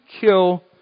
kill